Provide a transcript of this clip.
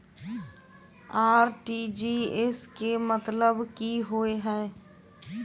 RTGS केँ मतलब की होइ हय?